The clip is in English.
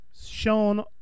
shown